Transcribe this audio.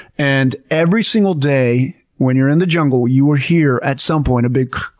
and every single day when you're in the jungle, you will hear at some point, a big.